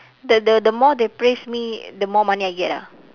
the the the more they praise me the more money I get ah